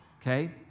Okay